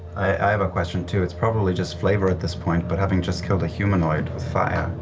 i have a question, too. it's probably just flavor at this point, but having just killed a humanoid with fire?